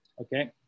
Okay